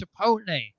Chipotle